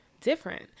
different